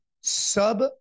sub